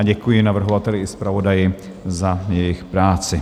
Děkuji navrhovateli i zpravodaji za jejich práci.